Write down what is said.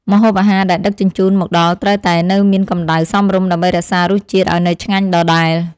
ម្ហូបអាហារដែលដឹកជញ្ជូនមកដល់ត្រូវតែនៅមានកម្តៅសមរម្យដើម្បីរក្សារសជាតិឱ្យនៅឆ្ងាញ់ដដែល។